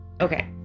Okay